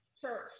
church